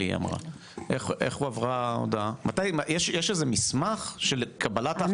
יש מסמך של קבלת ההחלטה?